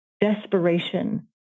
desperation